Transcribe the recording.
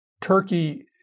Turkey